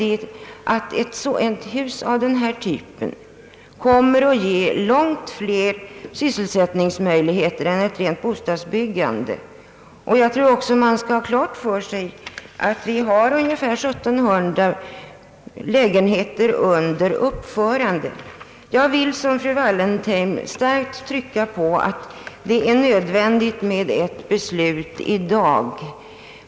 Ett bygge av denna typ kommer att ge långt fler människor sysselsättningsmöjligheter än ett rent bostadsbyggande. Dessutom skall man ha klart för sig att vi redan har ungefär 1700 lägenheter under uppförande. Jag vill, liksom fru Wallentheim, starkt understryka att det är nödvändigt med ett beslut i dag.